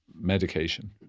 medication